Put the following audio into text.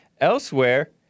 Elsewhere